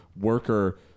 worker